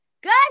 Good